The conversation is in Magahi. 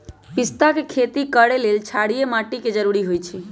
पिस्ता के खेती करय लेल क्षारीय माटी के जरूरी होई छै